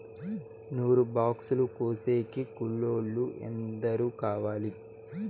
నూరు బాక్సులు కోసేకి కూలోల్లు ఎందరు కావాలి?